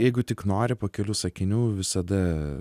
jeigu tik nori po kelių sakinių visada